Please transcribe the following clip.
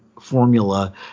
formula